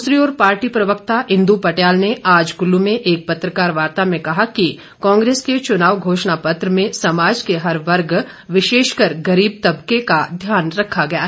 दूसरी ओर पार्टी प्रवक्ता इंदु पटियाल ने आज कुल्लू में एक पत्रकार वार्ता में कहा कि कांग्रेस के चुनाव घोषणापत्र में समाज के हर वर्ग विशेषकर गरीब तबके का ध्यान रखा गया है